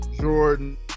Jordan